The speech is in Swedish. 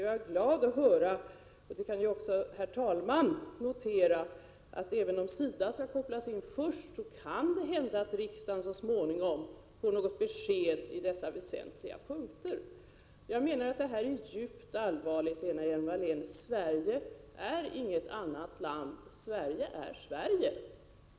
Jag är glad över att höra, att även om det är SIDA som först skall kopplas in, så kan det hända att riksdagen så småningom får besked på dessa väsentliga punkter — det kan också herr talman notera. Detta är djupt allvarligt, Lena Hjelm-Wallén. Sverige är inte något annat land — Sverige är Sverige.